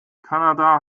kanada